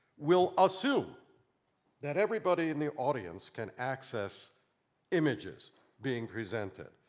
will assume that everybody in the audience can access images being presented.